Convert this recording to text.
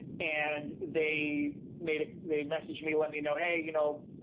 and they made it they messaged me, let me know, hey, you know,